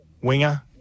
Winger